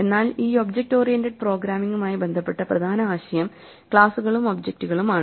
എന്നാൽ ഈ object oriented പ്രോഗ്രാമിംഗുമായി ബന്ധപ്പെട്ട പ്രധാന ആശയം ക്ലാസുകളും ഒബ്ജക്റ്റുകളും ആണ്